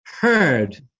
heard